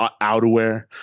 outerwear